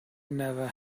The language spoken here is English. never